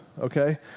okay